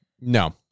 no